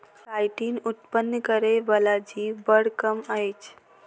chitin उत्पन्न करय बला जीव बड़ कम अछि